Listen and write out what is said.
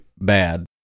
bad